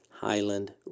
Highland